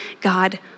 God